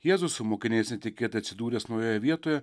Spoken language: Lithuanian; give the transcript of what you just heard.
jėzus su mokiniais netikėtai atsidūręs naujoje vietoje